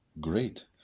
great